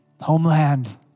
homeland